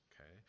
okay